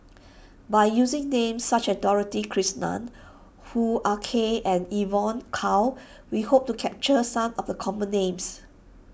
by using names such as Dorothy Krishnan Hoo Ah Kay and Evon Kow we hope to capture some of the common names